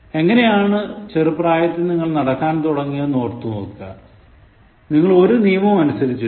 എങ്ങനെയാണ് ചെറുപ്രായത്തിൽ നിങ്ങൾ നടക്കാൻ തുടങ്ങിയതെന്ന് ഒന്നോർത്തു നോക്കുക നിങ്ങൾ ഒരു നിയമവും അനുസരിച്ചിട്ടില്ല